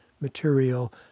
material